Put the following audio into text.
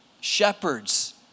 Shepherds